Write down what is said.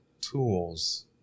Tools